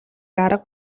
арга